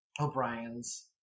O'Brien's